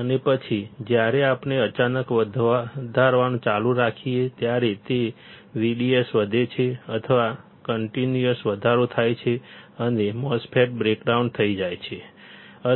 અને પછી જ્યારે આપણે અચાનક વધારવાનું ચાલુ રાખીએ છીએ ત્યારે તે VDS વધે છે અથવા કન્ટીન્યુઅસ વધારો થાય છે અને MOSFET બ્રેકડાઉન થઈ શકે છે